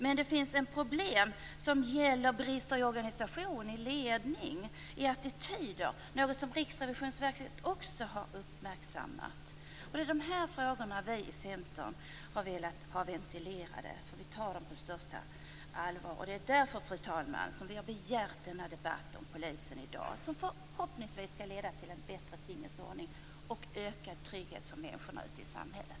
Men det finns också problem som gäller brister i organisation, ledning och attityder - något som också Riksrevisionsverket har uppmärksammat. Det är dessa frågor vi i Centern har velat ha ventilerade. Vi tar dem på största allvar. Det är därför, fru talman, som vi har begärt denna debatt om polisen i dag, som förhoppningsvis skall leda till en bättre tingens ordning och ökad trygghet för människorna ute i samhället.